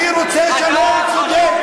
אני רוצה שלום צודק,